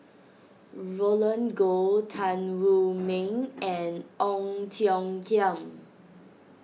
Roland Goh Tan Wu Meng and Ong Tiong Khiam